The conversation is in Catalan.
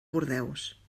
bordeus